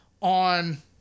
on